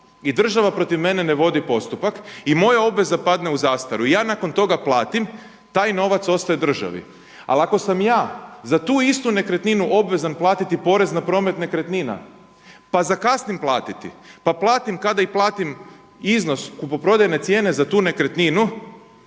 i država protiv mene ne vodi postupak i moja obveza padne u zastaru. Ja nakon toga platim. Taj novac ostaje državi. Ali ako sam ja za tu istu nekretninu obvezan platiti porez na promet nekretnina, pa zakasnim platiti, pa platim kada i platim iznos kupoprodajne cijene za tu nekretninu